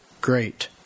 great